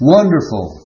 Wonderful